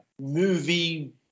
movie